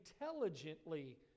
intelligently